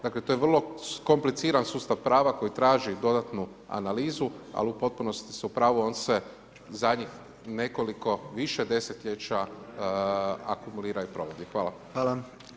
Dakle to je vrlo kompliciran sustav prava koji traži dodatnu analizu ali u potpunosti su u pravu, on se zadnjih nekoliko više desetljeća akumulira i provodi.